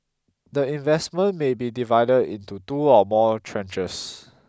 the investment may be divided into two or more tranches